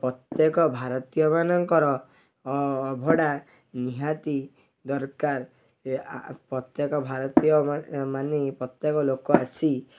ପ୍ରତ୍ୟେକ ଭାରତୀୟ ମାନଙ୍କର ଅଭଡ଼ା ନିହାତି ଦରକାର ପ୍ରତ୍ୟେକ ଭାରତୀୟ ମାନେ ପ୍ରତ୍ୟେକ ଲୋକ ଆସି